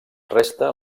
resta